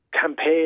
campaign